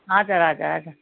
हजुर हजुर हजुर